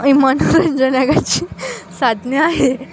मनोरंजनाची साधने आहे